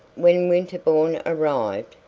when winterbourne arrived,